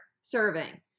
serving